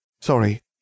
Sorry